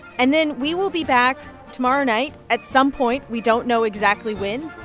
and then we will be back tomorrow night at some point we don't know exactly when.